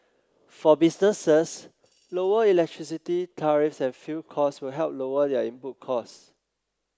for businesses lower electricity tariffs and fuel costs will help lower their input costs